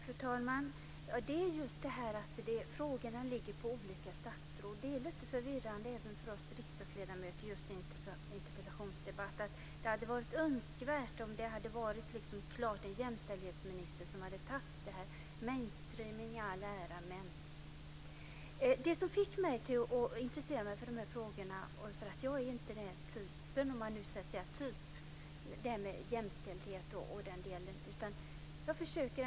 Fru talman! Just det här att frågorna ligger på olika statsråd är lite förvirrande även för oss riksdagsledamöter i samband med interpellationsdebatter. Det hade varit önskvärt om det hade varit jämställdhetsministern som hade tagit det här svaret - mainstreaming i all ära. Jag har blivit intresserad av de här frågorna. Jag är egentligen inte den typen, om man får säga så, när det gäller jämställdheten och den delen.